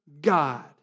God